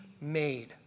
made